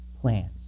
plans